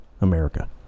America